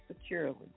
securely